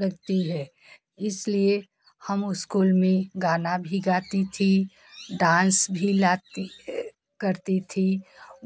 करती है इसलिए हम स्कूल में गाना भी गाती थी डांस भी लाती करती थी